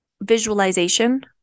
visualization